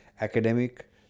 academic